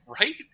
Right